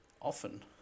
often